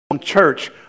Church